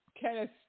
Kenneth